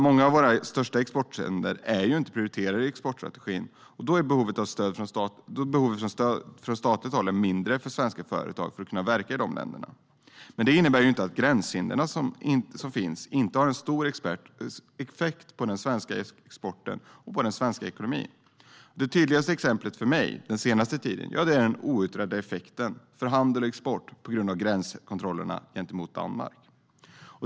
Många av våra största exportländer är inte prioriterade i exportstrategin eftersom behovet av stöd från statligt håll är mindre för att svenska företag ska kunna verka i landet. Det innebär dock inte att de gränshinder som finns inte har stor effekt på den svenska exporten och på den svenska ekonomin. Det tydligaste exemplet för mig den senaste tiden är den outredda effekten för handel och export på grund av gränskontrollerna gentemot Danmark.